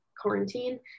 quarantine